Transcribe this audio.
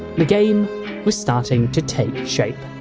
the game was starting to take shape.